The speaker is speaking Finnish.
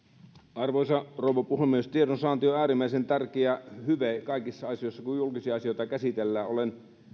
arvoisa rouva puhemies tiedonsaanti on äärimmäisen tärkeä hyve kaikissa asioissa kun julkisia asioita käsitellään olen